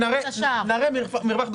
נראה מרווח.